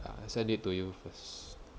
I send it to you first